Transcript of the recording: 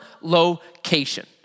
location